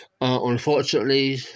unfortunately